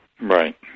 Right